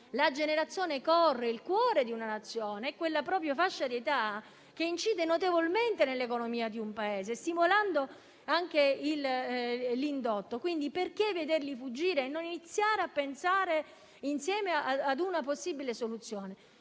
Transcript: una generazione che rappresenta il cuore di una Nazione; proprio quella fascia di età che incide notevolmente nell'economia di un Paese, stimolando anche l'indotto. Quindi, perché vederli fuggire e non iniziare, invece, a pensare insieme a una possibile soluzione?